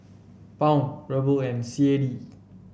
Pound Ruble and C A D